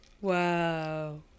Wow